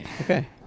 Okay